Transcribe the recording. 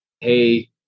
Hey